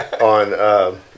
on